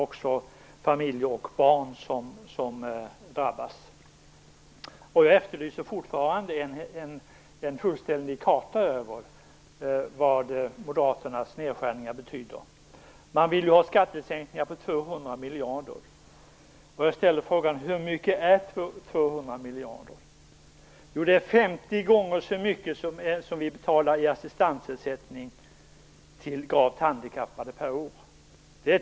Också familjer och barn drabbas där. Jag vidhåller att jag efterlyser en fullständig karta över vad Moderaternas nedskärningar betyder. Man vill ju ha skattesänkningar på 200 miljarder kronor. Hur mycket är egentligen 200 miljarder kronor? Jo, 50 gånger mer än vad vi årligen betalar för assistansersättning till gravt handikappade.